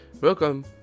welcome